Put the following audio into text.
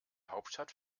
hauptstadt